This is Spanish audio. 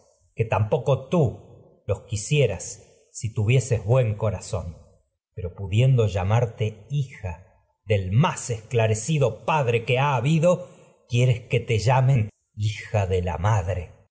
que tampoco tú los quisieras si tuvieses buen corazón pero pudiendo ha llamarte hija del más esclarecido padre que habido quieres que te llamen hija de la madre